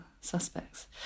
suspects